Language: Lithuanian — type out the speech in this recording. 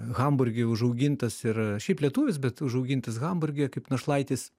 hamburge užaugintas ir šiaip lietuvis bet užaugintas hamburge kaip našlaitis